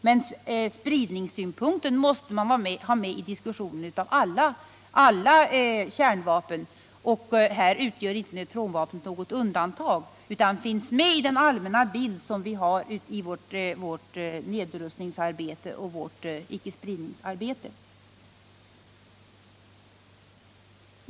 Men spridningssynpunkten måste ändå finnas med i diskussionen om alla kärnvapen. Här utgör neutronbomben inte något undantag, utan den finns med i den allmänna bilden av vårt nedrustningsarbete och icke-spridningsarbete.